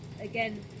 Again